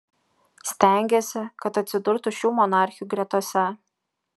stengėsi kad atsidurtų šių monarchių gretose